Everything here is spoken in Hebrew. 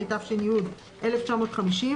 התש"י-1950,